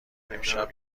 امشب